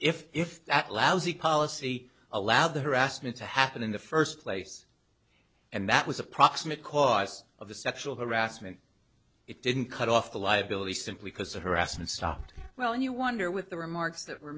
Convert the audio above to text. if if that lousy policy allowed the harassment to happen in the first place and that was a proximate cause of the sexual harassment it didn't cut off the liability simply because the harassment stopped well and you wonder with the remarks that were